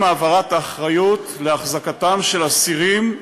עם העברת האחריות להחזקתם של אסירים,